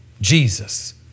Jesus